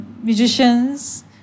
musicians